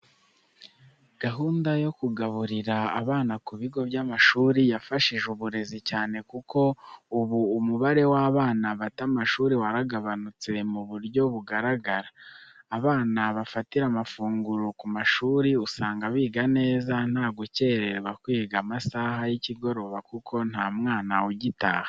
Gahunda yo kugaburira abana ku bigo by'amashuri yafashije uburezi cyane kuko ubu umubare w'abana bata amashuri waragabanutse mu buryo bugaragara. Abana bafatira amafunguro ku mashuri usanga biga neza, nta gukererwa kwiga amasaha y'ikigoroba kuko nta mwana ugitaha.